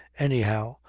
anyhow,